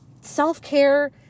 Self-care